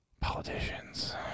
politicians